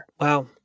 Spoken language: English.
Wow